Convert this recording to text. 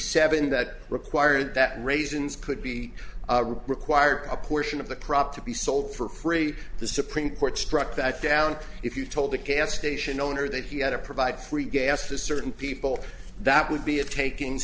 seven that required that raisins could be required a portion of the crop to be sold for free the supreme court struck that down if you told the gas station owner that he had to provide free gas to certain people that would be a taking